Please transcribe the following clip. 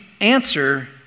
answer